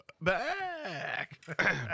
back